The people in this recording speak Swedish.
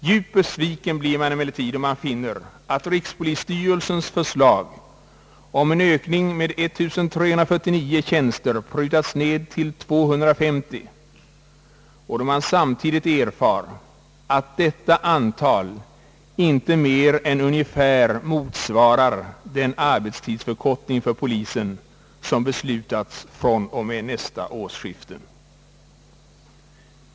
Djupt besviken blir man emellertid då man finner att rikspolisstyrelsens förslag om en ökning med 1349 tjänster prutats ned till 250 och samtidigt erfar att detta antal inte är mer än vad som erfordras enbart för att kompensera den arbetstidsförkortning för polisen, som beslutats från och med nästa årsskifte.